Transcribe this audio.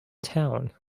town